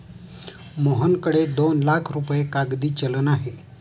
मोहनकडे दोन लाख रुपये कागदी चलन आहे